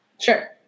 Sure